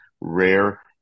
rare